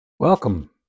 Welcome